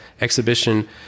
exhibition